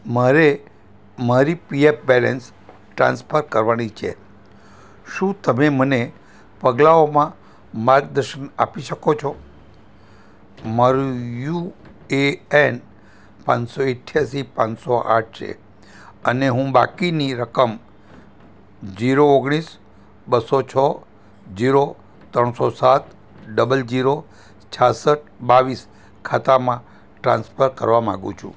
મારે મારી PF balance transfer કરવાની છે શું તમે મને પગલાઓમાં માર્ગદર્શન આપી શકો છો મારું યુએએન પાંચસો ઈઠ્યાસી પાંચસો આઠ છે અને હું બાકીની રકમ જીરો ઓગણીસ બસો છ જીરો ત્રણસો સાત ડબલ જીરો છાસઠ બાવીસ ખાતામાં ટ્રાન્સફર કરવા માગું છું